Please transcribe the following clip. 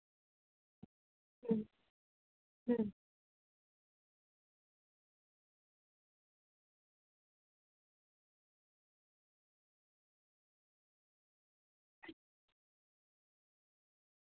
ᱦᱩᱸ ᱦᱩᱸ